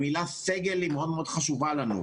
המילה "סגל" היא מאוד מאוד חשובה לנו.